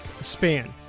span